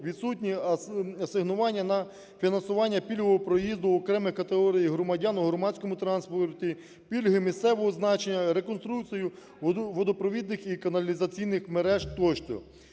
відсутні асигнування на фінансування пільгового проїзду окремих категорій громадян у громадському транспорті, пільги місцевого значення, реконструкцію водопровідних і каналізаційних мереж тощо.